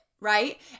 Right